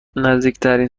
نزدیکترین